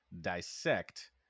dissect